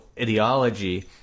ideology